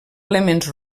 elements